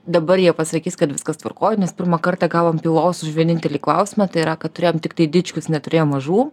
dabar jie pasakys kad viskas tvarkoj nes pirmą kartą gavom pylos už vienintelį klausimą tai yra kad turėjom tiktai dičkius neturėjom mažų